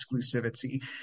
exclusivity